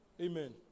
Amen